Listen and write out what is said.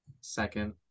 second